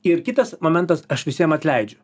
ir kitas momentas aš visiem atleidžiu